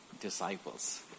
disciples